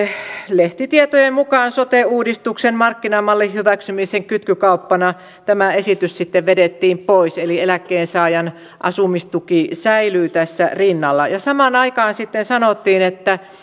lehtitietojen mukaan sote uudistuksen markkinamallin hyväksymisen kytkykauppana tämä esitys sitten vedettiin pois eli eläkkeensaajan asumistuki säilyy tässä rinnalla ja samaan aikaan sitten sanottiin että